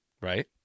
right